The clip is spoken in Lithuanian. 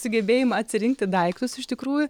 sugebėjimą atsirinkti daiktus iš tikrųjų